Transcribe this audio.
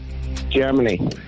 Germany